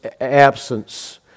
absence